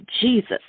Jesus